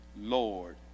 Lord